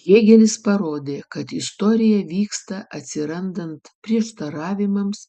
hėgelis parodė kad istorija vyksta atsirandant prieštaravimams